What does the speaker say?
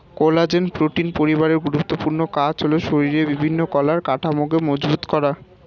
collagen protein পরিবারের গুরুত্বপূর্ণ কাজ হলো শরীরের বিভিন্ন কলার কাঠামোকে মজবুত করা